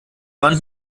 waren